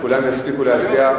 וכולם יספיקו להצביע.